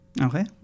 Okay